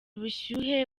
ubushyuhe